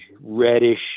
reddish